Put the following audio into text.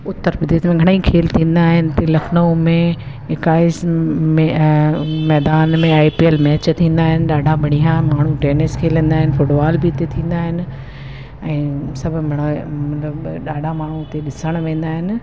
उत्तर प्रदेश में घणेई खेल थींदा आहिनि हिते लखनऊ में इकाइस में मैदान में आई पी एल मैच थींदा आहिनि ॾाढा बढ़िया माण्हू टैनिस खेलंदा आहिनि फुटबॉल बि हिते थींदा आहिनि ऐं सभु मतलबु ॾाढा माण्हू हुते ॾिसण वेंदा आहिनि